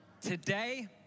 Today